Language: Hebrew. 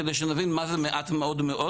כדי שנבין מה זה מעט מאוד מאוד,